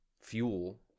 fuel